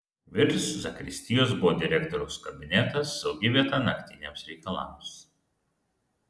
virš zakristijos buvo direktoriaus kabinetas saugi vieta naktiniams reikalams